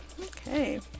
Okay